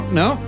no